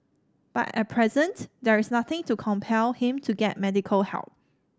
but at present there is nothing to compel him to get medical help